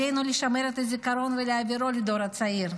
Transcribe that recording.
עלינו לשמר את הזיכרון ולהעבירו לדור הצעיר.